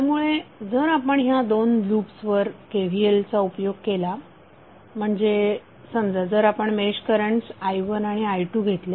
त्यामुळे जर आपण ह्या दोन लुप्सवर KVL चा उपयोग केला म्हणजे समजा जर आपण मेश करंट्स i1 आणि i2 घेतले